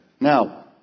Now